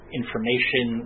information